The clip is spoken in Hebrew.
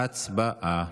הצבעה.